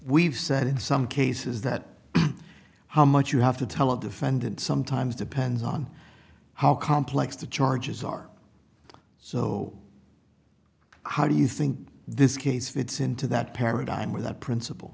we've said in some cases that how much you have to tell a defendant sometimes depends on how complex the charges are so how do you think this case fits into that paradigm where the principal